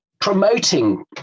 promoting